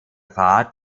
fahrt